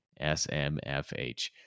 SMFH